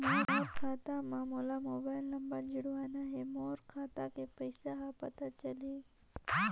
मोर खाता मां मोला मोबाइल नंबर जोड़वाना हे मोर खाता के पइसा ह पता चलाही?